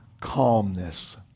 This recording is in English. calmness